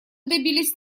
добились